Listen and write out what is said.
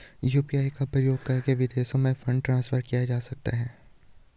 UPI का उपयोग करके विदेशों में फंड ट्रांसफर किया जा सकता है?